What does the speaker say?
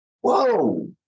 whoa